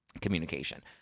communication